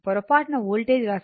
పొరపాటున వోల్టేజ్ వ్రాసాను